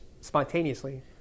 spontaneously